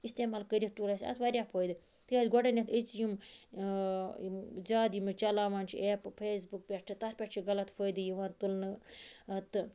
اِستعمال کٔرِتھ تُل اَسہِ اتھ واریاہ فٲیدٕ کیازِ گۄڈنیٚتھ أزچہِ یِم یِم زیاد یِم چَلاوان چھِ ایپہٕ پھیس بُک پیٚٹھٕ تتھ پیٚٹھ چھُ غَلَط فٲیدٕ یِوان تُلنہٕ تہٕ